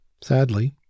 Sadly